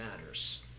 matters